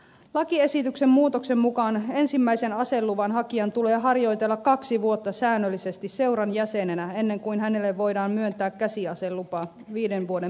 lakiesityksen muutoksen mukaan ensimmäisen aseluvan hakijan tulee harjoitella kaksi vuotta säännöllisesti seuran jäsenenä ennen kuin hänelle voidaan myöntää käsiaselupa viiden vuoden määräajaksi